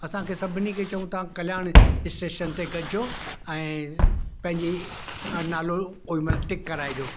असांखे सभिनि खे चऊं तव्हां कल्याण स्टेशन ते गॾिजो ऐं पंहिंजी न नालो हुनमें टिक कराइजो